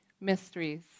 mysteries